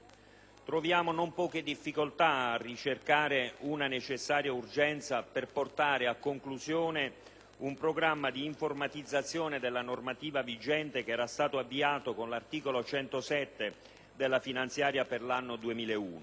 Troviamo non poche difficoltà a ricercare una necessaria urgenza per portare a conclusione un programma di informatizzazione della normativa vigente avviato con l'articolo 107 della finanziaria per l'anno 2001;